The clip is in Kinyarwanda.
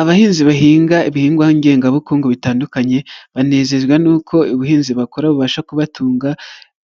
Abahinzi bahinga ibihingwa ngengabukungu bitandukanye banezezwa n'uko ubuhinzi bakora bubasha kubatunga